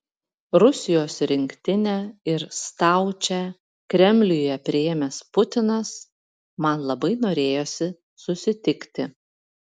rusijos rinktinę ir staučę kremliuje priėmęs putinas man labai norėjosi susitikti